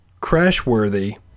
crash-worthy